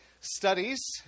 studies